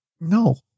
No